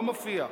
לא מופיע.